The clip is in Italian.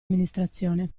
amministrazione